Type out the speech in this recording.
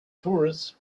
tourists